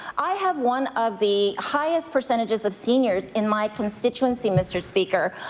i had one of the highest percentages of seniors in my constituency, mr. speaker.